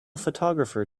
photographer